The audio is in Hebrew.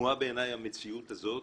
המציאות הזאת